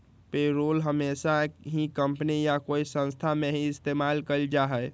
payroll हमेशा ही company या कोई संस्था में ही इस्तेमाल कइल जाहई